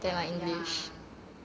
ya